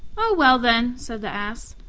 oh, well, then, said the ass,